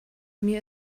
mir